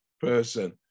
person